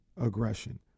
aggression